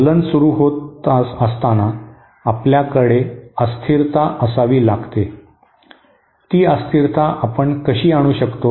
दोलन सुरू होताना आपल्याकडे अस्थिरता असावी लागते ती अस्थिरता आपण कशी आणू शकतो